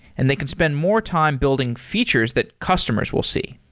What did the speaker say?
and they can spend more time building features that customers will see.